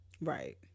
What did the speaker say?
Right